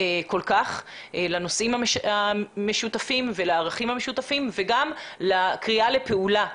לנושאים המשותפים ולערכים המשותפים וגם לקריאה לפעולה.